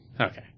Okay